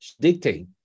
dictate